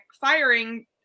firing